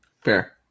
Fair